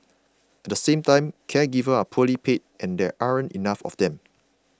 at the same time caregivers are poorly paid and there aren't enough of them